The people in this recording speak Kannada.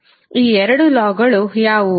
ಈ ಎರಡು ಲಾಗಳು ಯಾವುವು